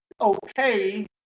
okay